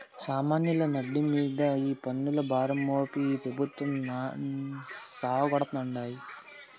సామాన్యుల నడ్డి మింద ఈ పన్నుల భారం మోపి ఈ పెబుత్వాలు సావగొడతాండాయి